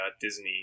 Disney